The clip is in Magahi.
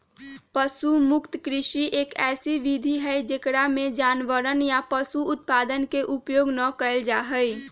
पशु मुक्त कृषि, एक ऐसी विधि हई जेकरा में जानवरवन या पशु उत्पादन के उपयोग ना कइल जाहई